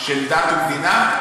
של דת ומדינה?